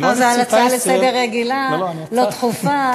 הצעה לסדר-היום רגילה, לא דחופה.